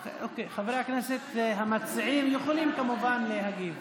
אוקיי, חברי הכנסת המציעים יכולים כמובן להגיב.